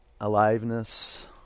aliveness